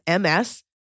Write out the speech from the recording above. MS